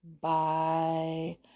Bye